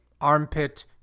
armpit